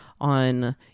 on